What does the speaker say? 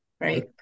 right